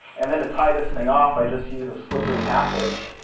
and then to tie this thing off, i just use a slippery half hitch.